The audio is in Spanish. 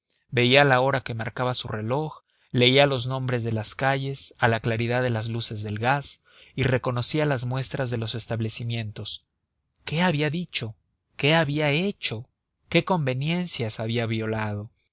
veía la hora que marcaba su reloj leía los nombres de las calles a la claridad de las luces del gas y reconocía las muestras de los establecimientos qué había dicho qué había hecho qué conveniencias había violado